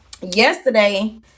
yesterday